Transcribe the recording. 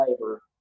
labor